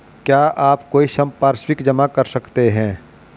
क्या आप कोई संपार्श्विक जमा कर सकते हैं?